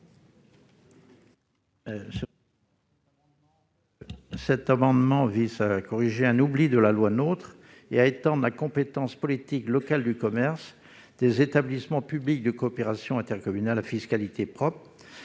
Cet amendement vise à corriger un oubli de la loi NOTRe et à étendre la compétence relative à la politique locale du commerce des établissements publics de coopération intercommunale à fiscalité propre